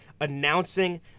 announcing